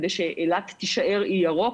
כדי שאילת תישאר אי ירוק,